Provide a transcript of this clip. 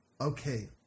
okay